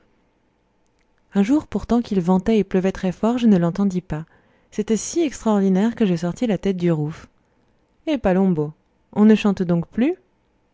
un jour pourtant qu'il ventait et pleuvait très fort je ne l'entendis pas c'était si extraordinaire que je sortis la tête du rouf eh palombo on ne chante donc plus